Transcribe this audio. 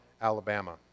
Alabama